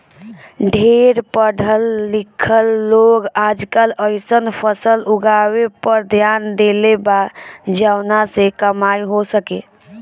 ढेर पढ़ल लिखल लोग आजकल अइसन फसल उगावे पर ध्यान देले बा जवना से कमाई हो सके